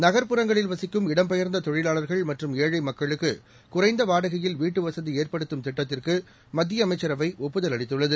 நக்புறங்களில் வசிக்கும் இடம்பெயா்ந்த தொழிலாளா்கள் மற்றும் ஏழை மக்களுக்கு குறைந்த வாடகையில் வீட்டுவசதி ஏற்படுத்தும் திட்டத்திற்கு மத்திய அமைச்சரவை ஒப்புதல் அளித்துள்ளது